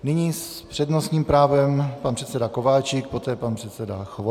Nyní s přednostním právem pan předseda Kováčik, poté pan předseda Chvojka.